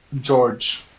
George